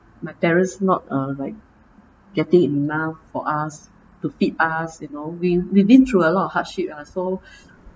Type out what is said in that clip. my parents not uh like getting enough for us to feed us you know we we've been through a lot of hardship ah so